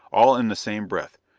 all in the same breath.